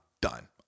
done